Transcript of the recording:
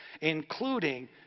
including